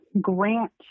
grant